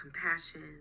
compassion